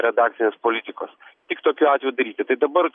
redakcinės politikos tik tokiu atveju daryti tai dabar